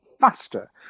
faster